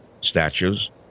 statues